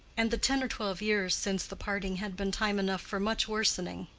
and the ten or twelve years since the parting had been time enough for much worsening.